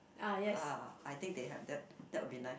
ah I think they have that that would be nice